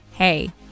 Hey